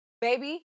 Baby